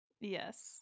yes